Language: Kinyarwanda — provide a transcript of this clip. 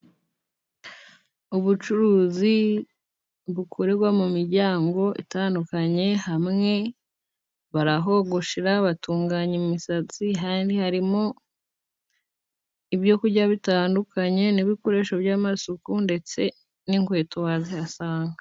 Ubucuruzi bukorerwa mu miryango itandukanye, hamwe barahogoshera, batunganya imisatsi, kandi harimo ibyo kurya bitandukanye n'ibikoresho by'amasuku ndetse n'inkweto hasi hasanzwe.